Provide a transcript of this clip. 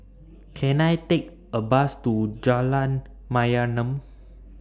Can I Take A Bus to Jalan Mayaanam